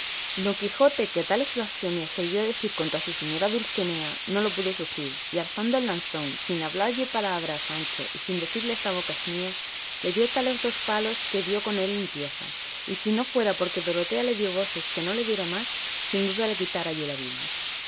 don quijote que tales blasfemias oyó decir contra su señora dulcinea no lo pudo sufrir y alzando el lanzón sin hablalle palabra a sancho y sin decirle esta boca es mía le dio tales dos palos que dio con él en tierra y si no fuera porque dorotea le dio voces que no le diera más sin duda le quitara allí la vida